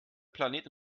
planet